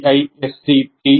iisctagmail